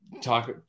talk